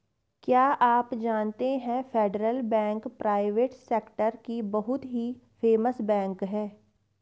क्या आप जानते है फेडरल बैंक प्राइवेट सेक्टर की बहुत ही फेमस बैंक है?